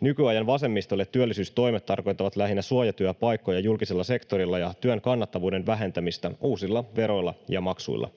Nykyajan vasemmistolle työllisyystoimet tarkoittavat lähinnä suojatyöpaikkoja julkisella sektorilla ja työn kannattavuuden vähentämistä uusilla veroilla ja maksuilla.